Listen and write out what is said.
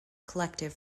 collective